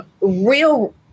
real